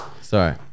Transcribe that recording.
sorry